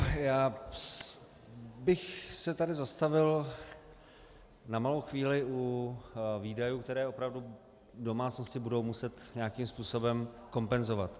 Já bych se tady zastavil na malou chvíli u výdajů, které opravdu domácnosti budou muset nějakým způsobem kompenzovat.